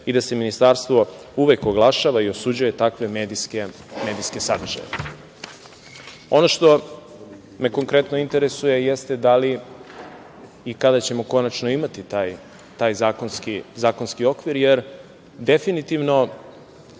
i da se Ministarstvo uvek oglašava i osuđuje takve medijske sadržaje. Ono što me konkretno interesuje, jeste da li i kada ćemo konačno imati taj zakonski okvir, jer definitivno